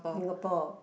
Singapore